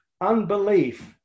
unbelief